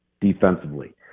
defensively